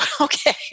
okay